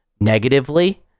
negatively